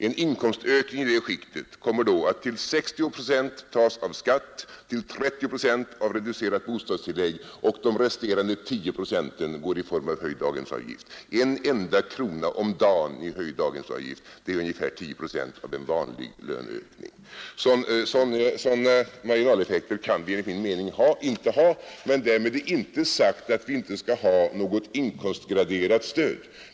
En inkomstökning i det skiktet kommer att till 60 procent tas i anspråk av skatt och till 30 procent av reducerat bostadstillägg, medan de resterande 10 procenten går till höjd daghemsavgift. En enda krona om dagen är ungefär 10 procent av en vanlig löneökning. Sådana marginaleffekter kan vi enligt min mening inte ha. Därmed inte sagt att det inte skall finnas något inkomstgraderat stöd.